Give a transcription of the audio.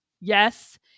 yes